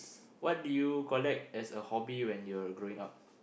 what do you collect as a hobby when you were growing up